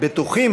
בטוחים,